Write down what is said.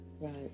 Right